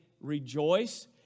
rejoice